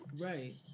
Right